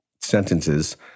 sentences